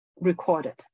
recorded